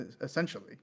essentially